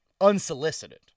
Unsolicited